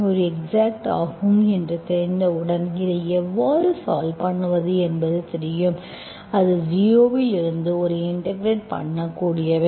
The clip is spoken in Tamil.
எனவே இது ஒரு எக்ஸாக்ட் ஆகும் என்று தெரிந்தவுடன் இதை எவ்வாறு சால்வ் பண்ணுவது என்பது தெரியும் இது ஜீரோவிலிருந்து ஒரு இன்டெகிரெட் பண்ணக்கூடியவை